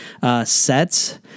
Sets